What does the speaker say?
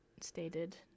Stated